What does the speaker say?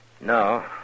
No